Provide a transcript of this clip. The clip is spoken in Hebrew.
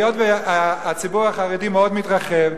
היות שהציבור החרדי מאוד מתרחב,